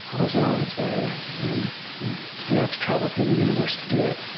was it always there? and did we have to travel through the universe to do it?